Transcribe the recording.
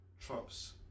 Trump's